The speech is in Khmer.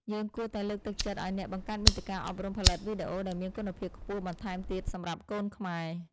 យើងគួរតែលើកទឹកចិត្តឱ្យអ្នកបង្កើតមាតិកាអប់រំផលិតវីដេអូដែលមានគុណភាពខ្ពស់បន្ថែមទៀតសម្រាប់កូនខ្មែរ។